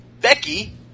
Becky